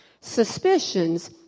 suspicions